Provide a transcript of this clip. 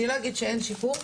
אני לא אגיד שאין שיפור,